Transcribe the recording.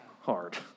hard